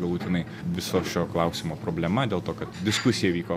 galutinai visos šio klausimo problema dėl to kad diskusija vyko